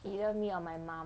either me or my mom